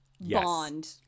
bond